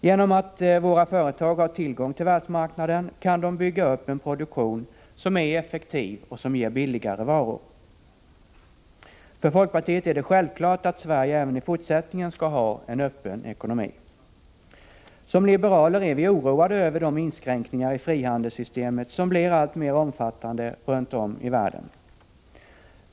Genom att våra företag har tillgång till världsmarknaden kan de bygga upp en produktion som är effektiv och ger billigare varor. För folkpartiet är det självklart att Sverige även i fortsättningen skall ha en öppen ekonomi. Som liberaler är vi oroade över de inskränkningar i frihandelssystemet som blir alltmer omfattande runt om i världen.